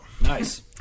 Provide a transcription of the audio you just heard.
Nice